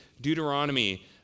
Deuteronomy